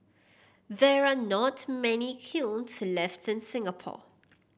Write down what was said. there are not many kilns left in Singapore